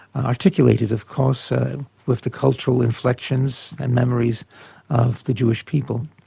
articulated of course ah with the cultural inflections and memories of the jewish people.